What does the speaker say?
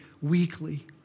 weekly